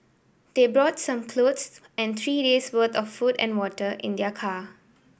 they brought some clothes and three days' worth of food and water in their car